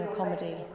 COMEDY